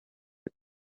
pit